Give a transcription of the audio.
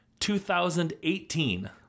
2018